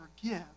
forgive